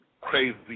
crazy